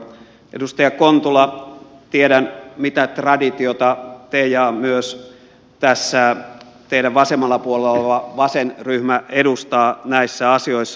edustaja kontula tiedän mitä traditiota te ja myös teidän vasemmalla puolellanne oleva vasenryhmä edustatte näissä asioissa